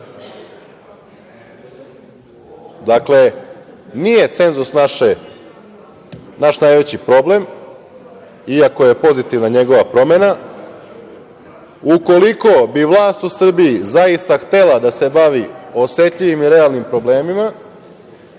nije cenzus naš najveći problem, iako je pozitivna njegova promena. Ukoliko bi vlast u Srbiji zaista htela da se bavi osetljivim i realnim problemima